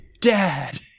dad